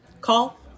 call